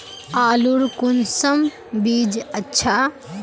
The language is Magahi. आलूर कुंसम बीज अच्छा?